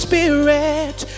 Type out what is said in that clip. Spirit